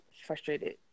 frustrated